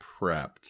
prepped